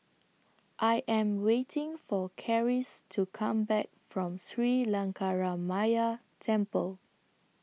I Am waiting For Charisse to Come Back from Sri Lankaramaya Temple